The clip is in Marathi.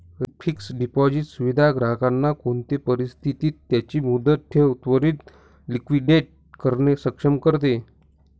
रिडीम्ड फिक्स्ड डिपॉझिट सुविधा ग्राहकांना कोणते परिस्थितीत त्यांची मुदत ठेव त्वरीत लिक्विडेट करणे सक्षम करते